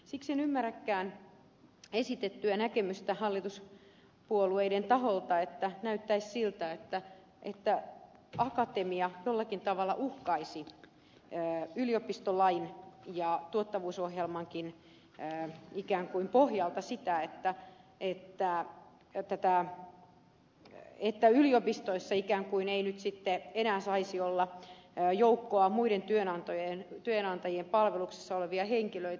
siksi en ymmärräkään esitettyä näkemystä hallituspuolueiden taholta että näyttäisi siltä että akatemia jollakin tavalla uhkaisi ikään kuin yliopistolain ja tuottavuusohjelmankin pohjalta sitä että yliopistoissa ei nyt sitten enää saisi olla joukkoa muiden työnantajien palveluksessa olevia henkilöitä